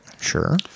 Sure